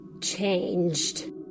changed